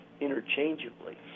interchangeably